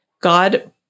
God